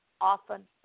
often